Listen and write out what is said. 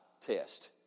test